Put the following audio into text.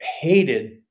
hated